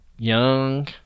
Young